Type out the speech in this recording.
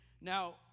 Now